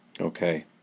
Okay